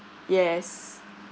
yes